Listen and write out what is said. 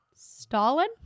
Stalin